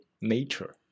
nature